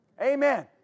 Amen